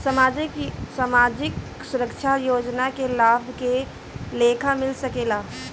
सामाजिक सुरक्षा योजना के लाभ के लेखा मिल सके ला?